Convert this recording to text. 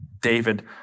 David